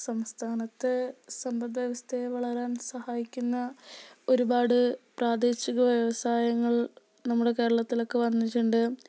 സംസ്ഥാനത്തെ സമ്പത്വ്യവസ്ഥയെ വളരാൻ സഹായിക്കുന്ന ഒരുപാട് പ്രാദേശിക വ്യവസായങ്ങൾ നമ്മുടെ കേരളത്തിലൊക്കെ വന്നിട്ടുണ്ട്